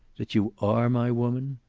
that you are my woman?